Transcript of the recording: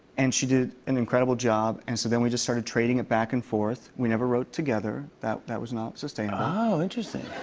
and she did an incredible job. and so then we just started trading it back and forth. we never wrote together. that that was not sustainable. oh, interesting.